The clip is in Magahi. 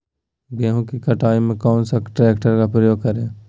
गेंहू की कटाई में कौन सा ट्रैक्टर का प्रयोग करें?